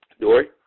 Dory